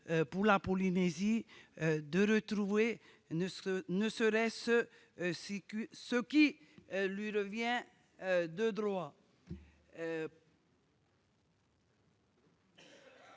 pour la Polynésie de retrouver ne serait-ce que ce qui lui revient de droit.